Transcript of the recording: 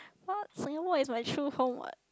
what Singapore is my true home what